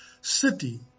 city